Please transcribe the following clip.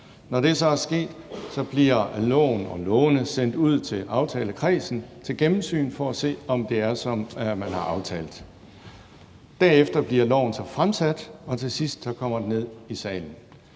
Når det så er sket, bliver lovforslagene sendt ud til aftalekredsen til gennemsyn for at se, om det alt sammen er, som man har aftalt. Bagefter bliver lovforslaget så fremsat, og til sidst kommer det ned i salen.